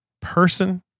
Person